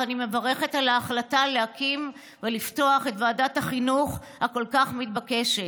ואני מברכת על ההחלטה להקים ולפתוח את ועדת החינוך הכל-כך מתבקשת.